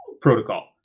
protocol